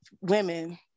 women